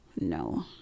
No